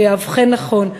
שיאבחן נכון,